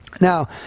now